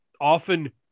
often